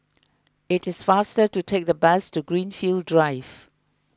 it is faster to take the bus to Greenfield Drive